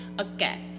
okay